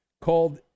called